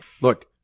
look